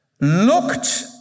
looked